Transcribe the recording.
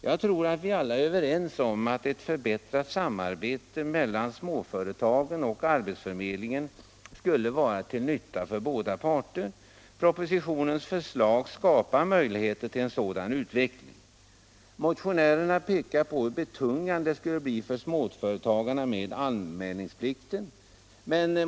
Jag tror att vi alla är överens om att ett förbättrat samarbete mellan småföretagen och arbetsförmedlingen skulle vara till nytta för båda parter. Propositionens förslag skapar möjligheter till en sådan utveckling. Motionärerna pekar på hur betungande det skulle bli för småföretagarna med anmälningsplikten.